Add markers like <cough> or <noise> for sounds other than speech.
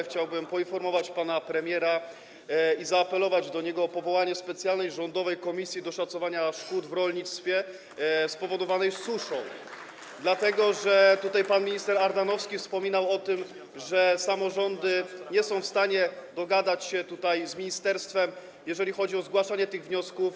Chciałbym poinformować pana premiera, zaapelować do niego o powołanie specjalnej rządowej komisji do szacowania szkód w rolnictwie spowodowanych suszą, <applause> dlatego że tutaj pan minister Ardanowski wspominał o tym, że samorządy nie są w stanie dogadać się z ministerstwem, jeżeli chodzi o zgłaszanie tych wniosków.